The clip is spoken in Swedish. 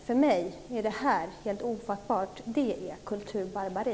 För mig är det här helt ofattbart. Det är kulturbarbari.